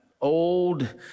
old